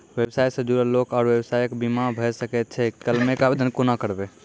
व्यवसाय सॅ जुड़ल लोक आर व्यवसायक बीमा भऽ सकैत छै? क्लेमक आवेदन कुना करवै?